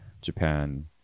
japan